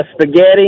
Spaghetti